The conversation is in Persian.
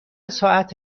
ساعت